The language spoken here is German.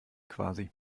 quasi